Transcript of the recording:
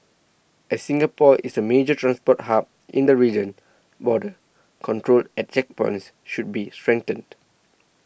as Singapore is a major transport hub in the region border control at checkpoints should be strengthened